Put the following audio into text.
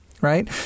right